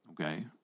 Okay